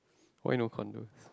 why no condo